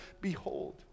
behold